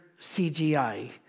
CGI